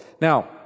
Now